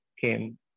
came